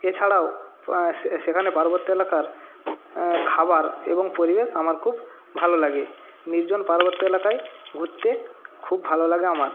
এছাড়াও সে সেখানে পার্বত্য এলাকার খাবার এবং পরিবেশ আমার খুব ভালো লাগে নির্জন পার্বত্য এলাকায় ঘুরতে খুব ভালো লাগে আমার